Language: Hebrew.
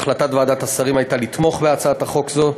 החלטת ועדת השרים הייתה לתמוך בהצעת החוק הזו.